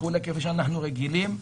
כפי שאנחנו רגילים,